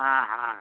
ஆஹா